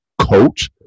coach